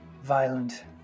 violent